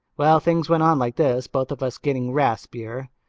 well, things went on like this, both of us getting raspier,